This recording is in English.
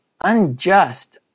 unjust